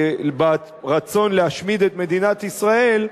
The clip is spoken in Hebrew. ברצון להשמיד את מדינת ישראל.